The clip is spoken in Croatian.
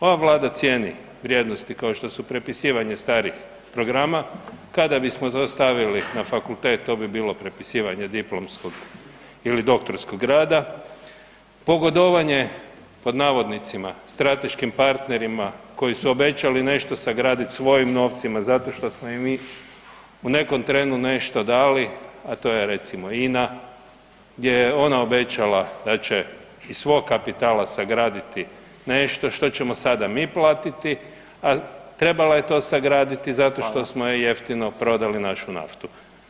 Ova Vlada cijeni vrijednosti kao što su prepisivanje starih programa, kada bismo to stavili na fakultet to bi bilo prepisivanje diplomskog ili doktorskog rada, pogodovanje pod navodnicima strateškim partnerima koji su obećali nešto sagraditi svojim novcima zato što smo im mi u nekom trenu nešto dali, a to je recimo INA, gdje je ona obećala da će iz svog kapitala sagraditi nešto što ćemo sada mi platiti, a trebala je to sagraditi zato što smo [[Upadica: Hvala.]] joj jeftino prodali našu naftu.